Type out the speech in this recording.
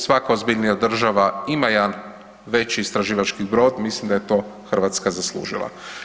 Svaka ozbiljnija država ima jedan veći istraživački brod, mislim da je to Hrvatska zaslužila.